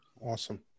Awesome